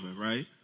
right